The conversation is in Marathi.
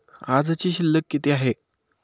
आजची शिल्लक किती आहे?